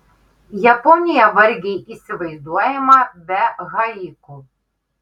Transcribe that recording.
japonija vargiai įsivaizduojama be haiku